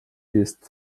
ist